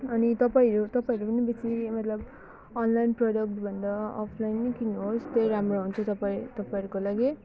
अनि तपाईँहरू तपाईँहरू पनि बेसी मतलब अनलाइन प्रडक्ट भन्दा अफलाइन नै किन्नुहोस् त्यो राम्रो हुन्छ तपाईँ तपाईँहरूको लागि